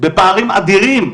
בפערים אדירים.